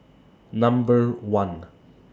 Number one